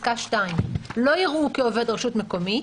ספקה (2): "לא יראו כעובד רשות מקומית,